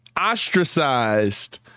ostracized